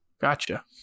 gotcha